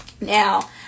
Now